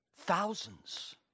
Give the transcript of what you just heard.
Thousands